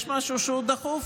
יש משהו שהוא דחוף.